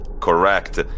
Correct